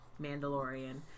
Mandalorian